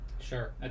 sure